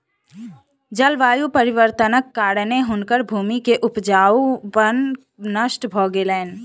जलवायु परिवर्तनक कारणेँ हुनकर भूमि के उपजाऊपन नष्ट भ गेलैन